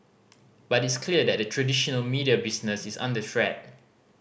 but it's clear that the traditional media business is under threat